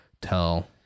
tell